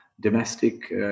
domestic